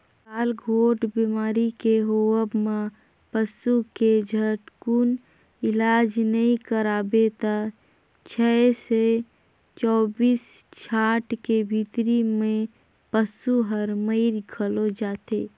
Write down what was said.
गलाघोंट बेमारी के होवब म पसू के झटकुन इलाज नई कराबे त छै से चौबीस घंटा के भीतरी में पसु हर मइर घलो जाथे